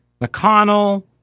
mcconnell